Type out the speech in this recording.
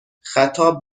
خطاب